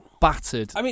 battered